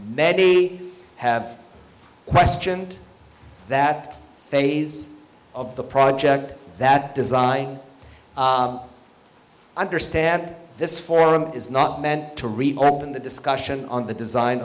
many have questioned that phase of the project that design i understand this forum is not meant to read more than the discussion on the design